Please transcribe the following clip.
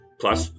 plus